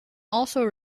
also